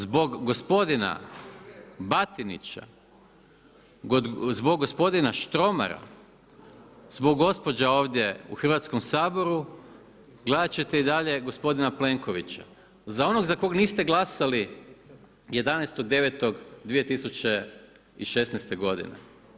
Zbog gospodina Batinića, zbog gospodina Štromara, zbog gospođa ovdje u Hrvatskom saboru gledat ćete i dalje gospodina Plenkovića za onog za koga niste glasali 11.9.2016. godine.